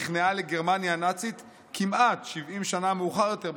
נכנעה לגרמניה הנאצית כמעט 70 שנה מאוחר יותר,